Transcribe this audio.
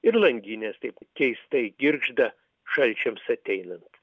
ir langinės taip keistai girgžda šalčiams ateinant